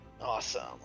Awesome